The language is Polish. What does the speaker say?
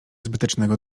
zbytecznego